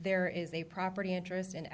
there is a property interest in